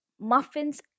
muffins